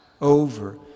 over